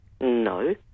No